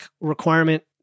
requirement